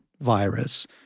virus